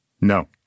No